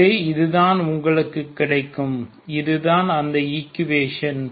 எனவே இதுதான் உங்களுக்குக் கிடைக்கும் இது தான் அந்த ஈகுவெஷன்